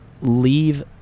leave